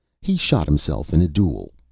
he shot himself in a duel,